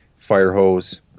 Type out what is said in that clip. Firehose